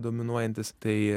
dominuojantys tai